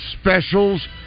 specials